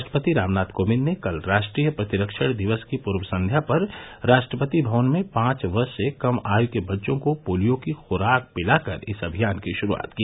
राष्ट्रपति रामनाथ कोविंद ने कल राष्ट्रीय प्रतिरक्षण दिवस की पूर्व संब्या पर राष्ट्रपति भवन में पांच वर्ष से कम आयु के बच्चों को पोलियो को खुराक पिलाकर इस अभियान की शुरूआत की